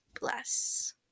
bless